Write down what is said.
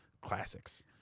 classics